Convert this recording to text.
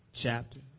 chapter